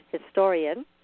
historian